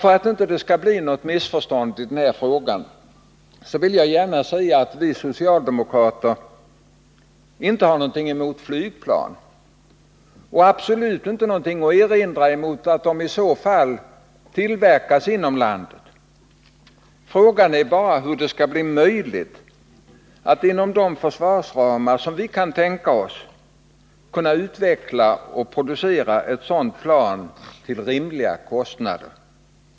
För att det inte skall bli något missförstånd i den här frågan vill jag gärna säga att vi socialdemokrater inte har någonting emot flygplan och absolut inte har någonting att erinra mot att de tillverkas inom landet. Frågan är bara hur det skall bli möjligt att inom de försvarsramar som vi kan tänka oss utveckla och producera ett sådant plan till rimliga kostnader.